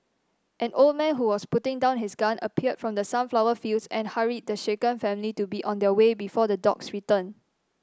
an old man who was putting down his gun appeared from the sunflower fields and hurried the shaken family to be on their way before the dogs return